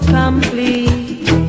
complete